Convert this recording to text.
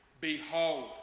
Behold